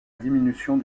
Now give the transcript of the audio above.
diminution